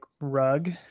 rug